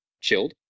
chilled